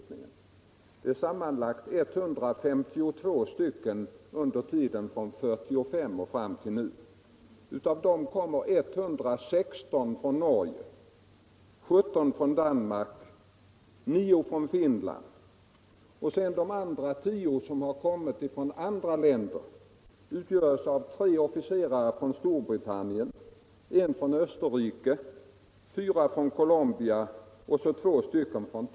Det är sammanlagt 152 officerare under tiden från 1945 fram till nu. Av dem har 116 kommit från Norge, 17 från Danmark och 9 från Finland. Av de övriga 10 har 3 officerare kommit från Storbritannien, 1 från Österrike, 4 från Colombia och 2 från Thailand.